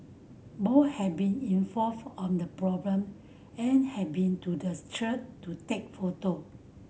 both have been informed of the problem and have been to the church to take photo